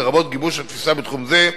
לרבות גיבוש התפיסה בתחום זה,